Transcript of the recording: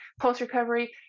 post-recovery